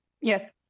Yes